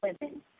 women